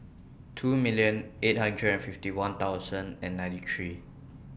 two million eight hundred and fifty one thousand and ninety three